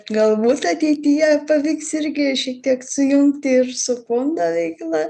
galbūt ateityje pavyks irgi šitiek sujungti ir su fondo veikla